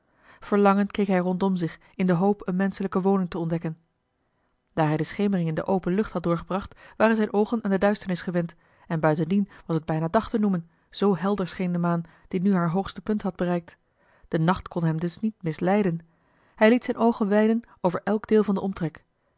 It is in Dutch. verlangend keek hij rondom zich in de hoop eene menschelijke woning te ontdekken daar hij de schemering in de open lucht had doorgebracht waren zijne oogen aan de duisternis gewend en buitendien was het bijna dag te noemen zoo helder scheen de maan die nu haar hoogste punt had bereikt de nacht kon hem dus niet misleiden hij liet zijn oogen weiden over elk deel van den omtrek